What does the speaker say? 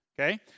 Okay